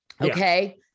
Okay